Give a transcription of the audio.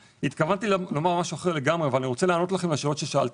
התכוונתי לומר משהו אחר לגמרי אבל אני רוצה לענות על השאלות ששאלתם.